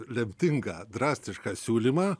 lemtingą drastišką siūlymą